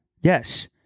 Yes